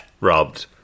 robbed